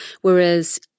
whereas